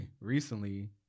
recently